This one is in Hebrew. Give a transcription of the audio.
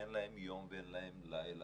אין להם יום ואין להם לילה,